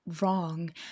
wrong